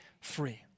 free